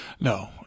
No